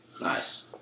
Nice